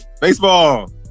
baseball